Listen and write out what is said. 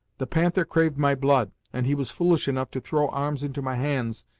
the panther craved my blood, and he was foolish enough to throw arms into my hands,